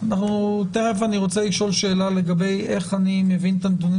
תיכף ארצה לשאול שאלה לגבי איך אני מבין את הנתונים